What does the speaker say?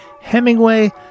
Hemingway